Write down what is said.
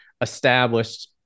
established